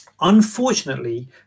Unfortunately